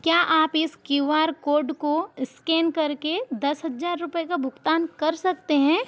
क्या आप इस क्यू आर कोड को स्कैन कर के दस हज़ार रुपये का भुगतान कर सकते हैं